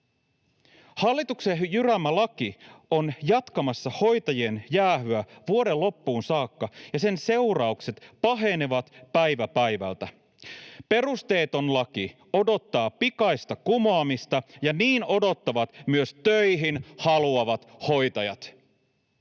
Hallituksen jyräämä laki on jatkamassa hoitajien jäähyä vuoden loppuun saakka, ja sen seuraukset pahenevat päivä päivältä. Perusteeton laki odottaa pikaista kumoamista, ja niin odottavat myös töihin haluavat hoitajat.